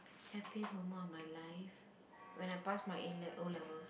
happiest moment of my life when I pass my A le~ O-levels